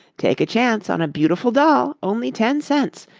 take a chance on a beautiful doll, only ten cents.